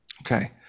Okay